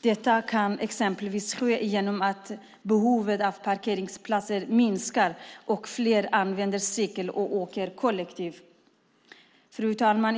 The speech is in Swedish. Detta kan exempelvis ske genom att behovet av parkeringsplatser minskar då fler använder cykel eller åker kollektivt. Herr talman!